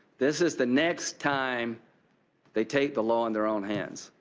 this is the next time they take the law in their own hands.